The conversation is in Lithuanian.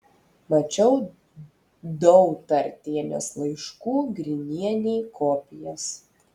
mačiau dautartienės laiškų grinienei kopijas